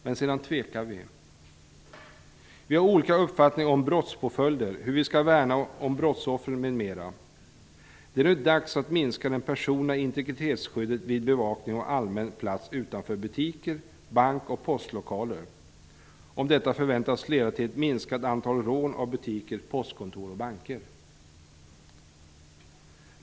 Men sedan tvekar vi. Vi har olika uppfattningar om brottspåföljder, hur vi skall värna brotsoffren m.m. Det är nu dags att minska det personliga integritetsskyddet vid bevakning av allmän plats utanför butiker, bank och postlokaler om detta förväntas leda till ett minskat antal rån av butiker, postkontor och banker.